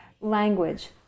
language